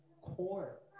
core